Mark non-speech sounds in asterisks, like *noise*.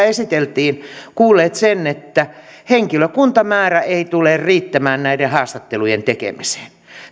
*unintelligible* esiteltiin kuulleet sen että henkilökuntamäärä ei tule riittämään näiden haastattelujen tekemiseen